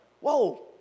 Whoa